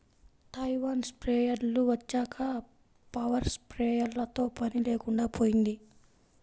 Taiwan స్ప్రేయర్లు వచ్చాక power స్ప్రేయర్లతో పని లేకుండా పోయింది